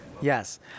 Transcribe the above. Yes